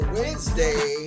Wednesday